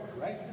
right